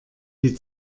die